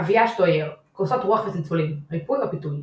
אביה שטויר, כוסות רוח וצלצולים, ריפוי או פיתוי?